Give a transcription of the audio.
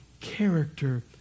character